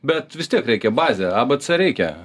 bet vis tiek reikia bazę a b c reikia